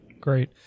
Great